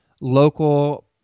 local